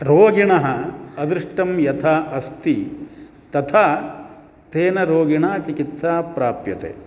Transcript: रोगिणः अदृष्टं यथा अस्ति तथा तेन रोगिणा चिकित्सा प्राप्यते